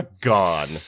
gone